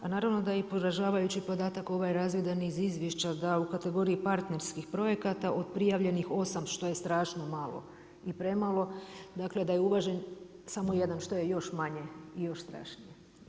A naravno da je i poražavajući podatak ovaj razvidan iz izvješća da u kategoriji partnerskih projekata od prijavljenih 8 što je strašno malo i premalo dakle da je uvažen samo jedan što je još manje i još strašnije.